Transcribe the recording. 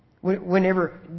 Whenever